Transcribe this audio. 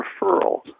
referral